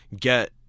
get